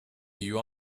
you